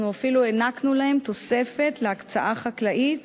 אנחנו אפילו הענקנו להם תוספת להקצאה חקלאית